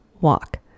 walk